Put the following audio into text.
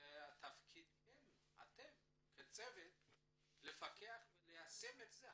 ותפקידכם הוא לפקח וליישם את זה.